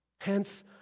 Hence